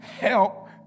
help